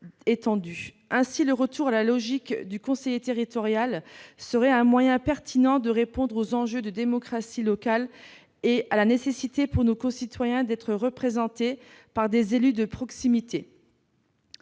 Aussi, le retour à la logique du conseiller territorial serait un moyen pertinent de répondre aux enjeux de démocratie locale et à la nécessité, pour nos concitoyens, d'être représentés par des élus de proximité.